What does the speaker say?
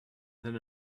than